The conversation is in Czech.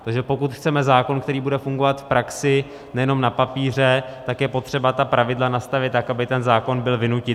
Takže pokud chceme zákon, který bude fungovat v praxi, nejenom na papíře, tak je potřeba ta pravidla nastavit tak, aby ten zákon byl vynutitelný.